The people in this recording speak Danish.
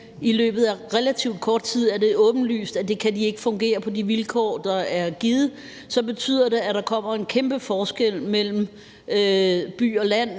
i løbet af relativt kort tid, og så er det jo åbenlyst, at det ikke kan fungere på de vilkår, der er givet, og at det betyder, at der kommer en kæmpe forskel mellem by og land